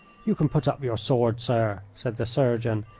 you can put up your sword, sir, said the surgeon,